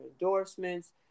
endorsements